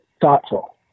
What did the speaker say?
thoughtful